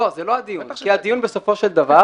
לא, זה לא הדיון כי הדיון בסופו של דבר